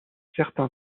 certains